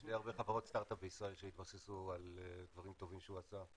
יש הרבה חברות סטארט אפ בישראל שהתבססו על דברים טובים שהוא עשה.